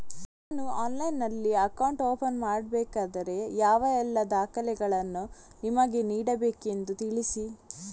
ನಾನು ಆನ್ಲೈನ್ನಲ್ಲಿ account open ಮಾಡಬೇಕಾದರೆ ಯಾವ ಎಲ್ಲ ದಾಖಲೆಗಳನ್ನು ನಿಮಗೆ ನೀಡಬೇಕೆಂದು ತಿಳಿಸಿ?